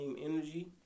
energy